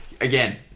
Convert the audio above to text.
again